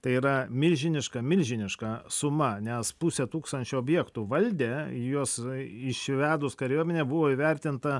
tai yra milžiniška milžiniška suma nes pusę tūkstančio objektų valdė juos išvedus kariuomenę buvo įvertinta